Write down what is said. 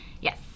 Yes